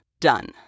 done